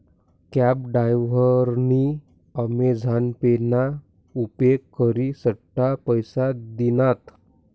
cab डायव्हरनी Amazon pay ना उपेग करी सुट्टा पैसा दिनात